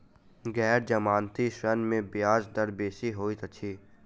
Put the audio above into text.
गैर जमानती ऋण में ब्याज दर बेसी होइत अछि